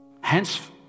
Hence